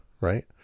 right